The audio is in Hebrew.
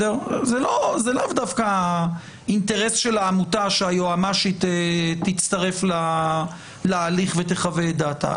זה לאו דווקא אינטרס של העמותה שהיועמ"שית תצטרף להליך ותחווה את דעתה.